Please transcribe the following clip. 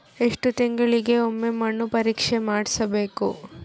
ಎಷ್ಟು ತಿಂಗಳಿಗೆ ಒಮ್ಮೆ ಮಣ್ಣು ಪರೇಕ್ಷೆ ಮಾಡಿಸಬೇಕು?